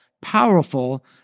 powerful